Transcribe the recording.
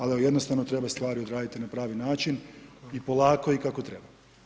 Ali jednostavno trebaju stvari odraditi na pravi način i polako i kako treba.